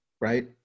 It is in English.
Right